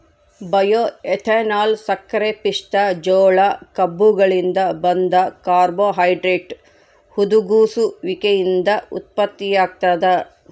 bioethanol ಸಕ್ಕರೆಪಿಷ್ಟ ಜೋಳ ಕಬ್ಬುಗಳಿಂದ ಬಂದ ಕಾರ್ಬೋಹೈಡ್ರೇಟ್ ಹುದುಗುಸುವಿಕೆಯಿಂದ ಉತ್ಪತ್ತಿಯಾಗ್ತದ